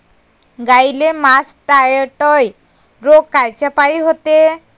गाईले मासटायटय रोग कायच्यापाई होते?